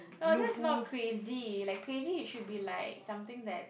no that's not crazy like crazy you should be like something that